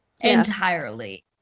entirely